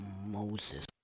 Moses